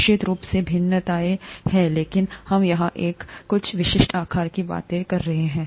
निश्चित रूप से भिन्नताएं हैं लेकिन हम यहां कुछ विशिष्ट आकारों की बात कर रहे हैं